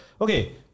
okay